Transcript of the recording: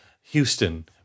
Houston